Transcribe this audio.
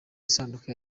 isanduku